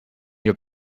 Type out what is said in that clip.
your